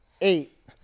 eight